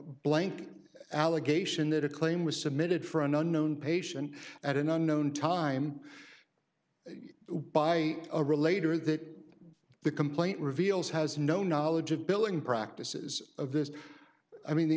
blank allegation that a claim was submitted for an unknown patient at an unknown time we buy a relator that the complaint reveals has no knowledge of billing practices of this i mean the